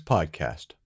Podcast